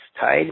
tied